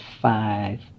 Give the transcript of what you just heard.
five